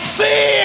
see